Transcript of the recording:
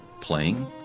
playing